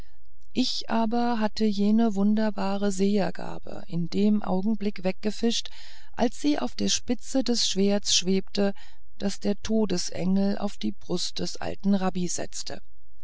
ich aber hatte jene wunderbare sehergabe in dem augenblick weggefischt als sie auf der spitze des schwerts schwebte das der todesengel auf die brust des alten rabbi setzte